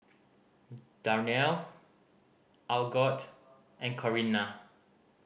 Darnell Algot and Corinna